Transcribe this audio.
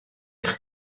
eich